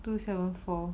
two seven four